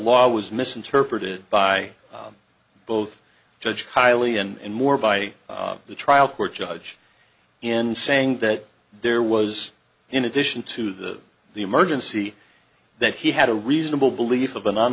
law was misinterpreted by both judge highly and more by the trial court judge in saying that there was in addition to the the emergency that he had a reasonable belief of a